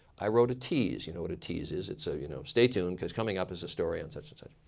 i wrote a tease. you know what a tease is. it's a, so you know stay tuned because coming up is a story on such and such.